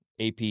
AP